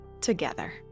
together